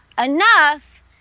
enough